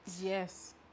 Yes